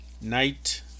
night